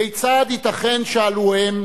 כיצד ייתכן, שאלו הם,